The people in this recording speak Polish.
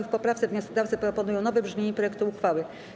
W poprawce wnioskodawcy proponują nowe brzmienie projektu uchwały.